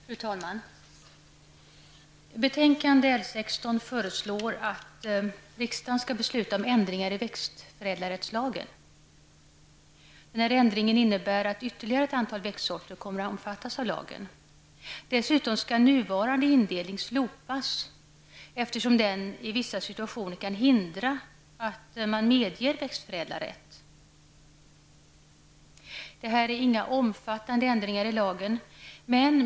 Fru talman! I betänkande LU19 föreslås att riksdagen skall besluta om ändringar i växtförädlarrättslagen. Den ändringen innebär att ytterligare ett antal växtsorter kommer att omfattas av lagen. Dessutom skall nuvarande indelning slopas, eftersom den i vissa situationer kan hindra att man medger växtförädlarrätt. Det rör sig inte om några omfattande ändringar i lagen.